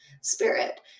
spirit